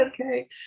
Okay